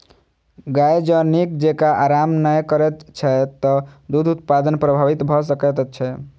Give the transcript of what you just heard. गाय जँ नीक जेँका आराम नै करैत छै त दूध उत्पादन प्रभावित भ सकैत छै